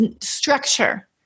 structure